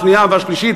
השנייה והשלישית,